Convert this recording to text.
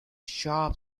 sharp